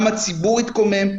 וגם הציבור יתקומם.